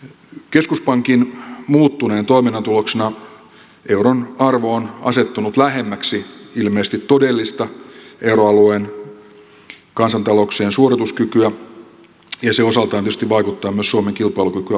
keskuspankin muuttuneen toiminnan tuloksena euron arvo on asettunut lähemmäksi ilmeisesti todellista euroalueen kansantalouksien suorituskykyä ja se osaltaan tietysti vaikuttaa myös suomen kilpailukykyä vahvistavalla tavalla